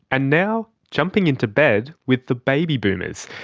and now, jumping into bed with the baby boomers.